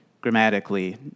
grammatically